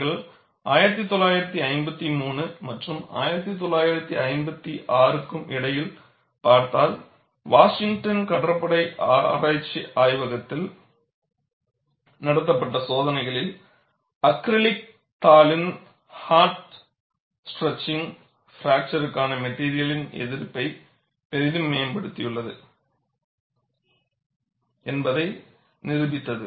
நீங்கள் 1953 மற்றும் 1956 க்கு இடையில் பார்த்தால் வாஷிங்டனின் கடற்படை ஆராய்ச்சி ஆய்வகத்தில் Naval Research Laboratory Washington ஆய்வகத்தில் நடத்தப்பட்ட சோதனைகள் அக்ரிலிக் தாளின் ஹாட் ஸ்டர்ச்சிங் பிராக்சர்க்கான மெட்டிரியலின் எதிர்ப்பை பெரிதும் மேம்படுத்தியுள்ளது என்பதை நிரூபித்தது